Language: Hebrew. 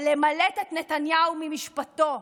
על למלט את נתניהו ממשפטו.